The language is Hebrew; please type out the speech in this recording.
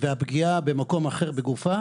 ובפגיעה במקום אחר בגופה,